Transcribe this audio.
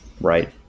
Right